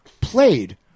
played